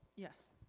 yes.